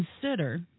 consider